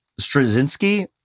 Straczynski